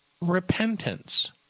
repentance